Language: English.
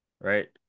right